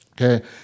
Okay